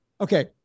Okay